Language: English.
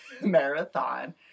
marathon